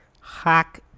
hack